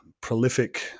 prolific